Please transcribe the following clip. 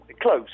Close